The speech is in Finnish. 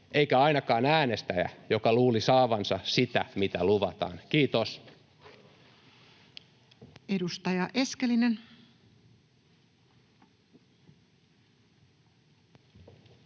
eikä ainakaan äänestäjä, joka luuli saavansa sitä, mitä luvataan. — Kiitos. [Perussuomalaisten